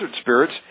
spirits